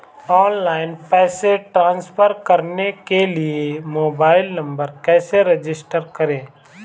Online पैसे transfer करने के लिए मोबाइल नंबर कैसे रजिस्टर करें?